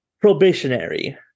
probationary